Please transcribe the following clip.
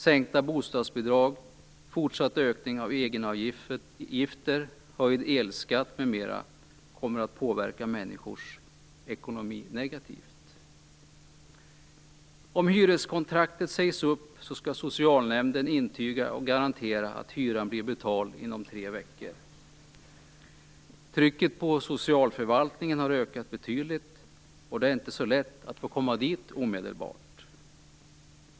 Sänkta bostadsbidrag, fortsatt ökning av egenavgifter, höjning av elskatten, m.m. kommer att påverka människors ekonomi negativt. Om hyreskontraktet sägs upp skall socialnämnden intyga och garantera att hyran blir betald inom tre veckor. Trycket på socialförvaltningarna har ökat betydligt, och det är inte så lätt att få komma dit omedelbart.